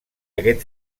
aquest